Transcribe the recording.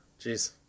Jeez